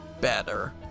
better